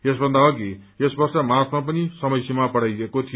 यसभन्दा अधि यस वर्ष मार्चमा पनि समयसीमा बढ़ाइएको थियो